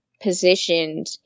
positioned